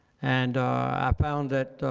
and i found that